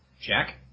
Jack